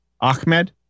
ahmed